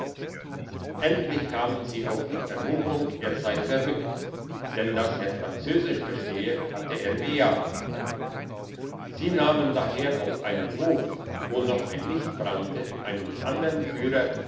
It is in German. endlich kamen sie auf die vermutung er sei verrückt denn dass er französisch verstehe hatte er bejaht sie nahmen daher auf einem hof wo noch ein licht brannte einen andern führer